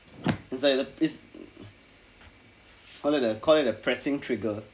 is like the is call it a call it a pressing trigger